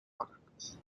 products